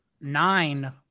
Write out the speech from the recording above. nine